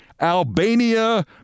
Albania